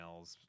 emails